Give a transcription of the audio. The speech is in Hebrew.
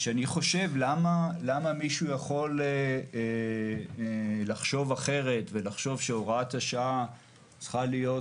כשאני חושב למה מישהו יכול לחשוב אחרת ולחשוב שהוראת השעה צריכה להיות